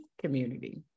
community